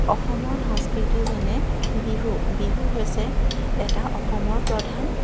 অসমৰ সংস্কৃতি যেনে বিহু বিহু হৈছে এটা অসমৰ প্ৰধান